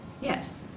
Yes